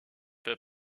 peu